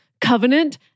covenant